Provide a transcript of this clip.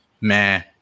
meh